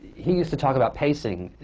he used to talk about pacing,